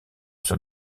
sur